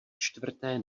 čtvrté